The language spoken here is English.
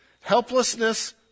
Helplessness